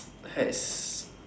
!hais!